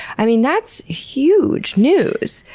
i mean that's huge news!